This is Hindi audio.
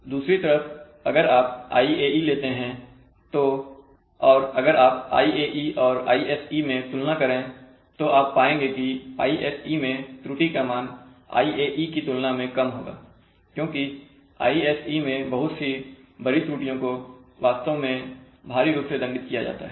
दूसरी तरफ अगर आप IAE लेते हैं और अगर आप IAE और ISE मैं तुलना करें तो आप पाएंगे कि ISE मैं त्रुटि का मान IAE की तुलना में कम होगा क्योंकि ISE में बहुत सी बड़ी त्रुटियों को वास्तव में भारी रूप से दंडित किया जाता है